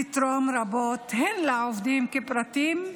תתרום רבות הן לעובדים כפרטים,